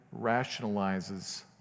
rationalizes